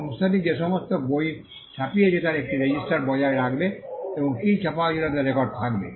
সংস্থাটি যে সমস্ত বই ছাপিয়েছে তার একটি রেজিস্টার বজায় রাখবে এবং কী ছাপা হয়েছিল তা রেকর্ডে থাকবে